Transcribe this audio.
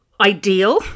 ideal